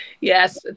Yes